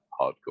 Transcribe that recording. hardcore